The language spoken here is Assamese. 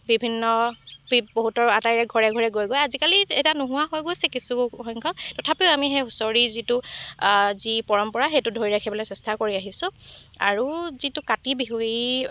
বিভিন্ন পিপ বহুতৰ আটাইৰে ঘৰে ঘৰে গৈ গৈ আজিকালি এতিয়া নোহোৱা হৈ গৈছে কিছু সংখ্যক তথাপিও আমি সেই হুঁচৰিৰ যিটো যি পৰম্পৰা সেইটো ধৰি ৰাখিবলৈ চেষ্টা কৰি আহিছোঁ আৰু যিটো কাতি বিহু ই